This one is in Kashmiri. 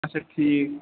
آچھا ٹھیٖک